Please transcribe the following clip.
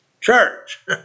church